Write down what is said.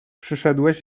przyszedłeś